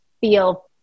feel